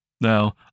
Now